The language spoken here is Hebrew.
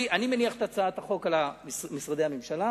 אני מניח את הצעת החוק על משרדי הממשלה,